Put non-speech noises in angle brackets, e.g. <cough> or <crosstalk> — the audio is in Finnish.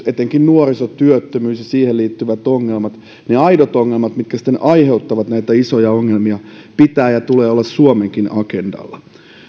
<unintelligible> etenkin nuorisotyöttömyys ja siihen liittyvät ongelmat ne aidot ongelmat mitkä sitten aiheuttavat näitä isoja ongelmia pitää ja tulee olla suomenkin agendalla